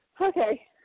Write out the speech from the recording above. Okay